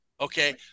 Okay